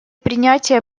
принятия